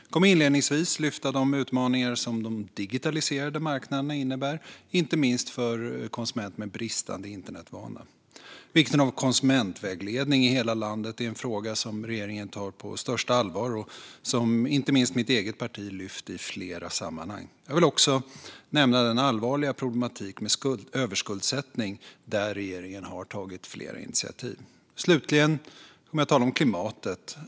Jag kommer inledningsvis att ta upp de utmaningar som de digitaliserade marknaderna innebär, inte minst för konsumenter med bristande internetvana. Vikten av konsumentvägledning i hela landet är en fråga som regeringen tar på största allvar och som inte minst mitt eget parti har lyft i flera sammanhang. Jag vill också nämna den allvarliga problematiken med överskuldsättning, där regeringen har tagit flera initiativ. Slutligen kommer jag att tala om klimatet.